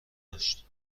داشت